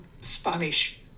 Spanish